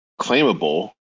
claimable